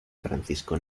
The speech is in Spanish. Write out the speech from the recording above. francisco